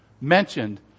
mentioned